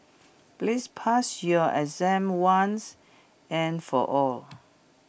please pass your exam once and for all